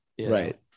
Right